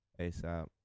asap